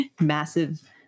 massive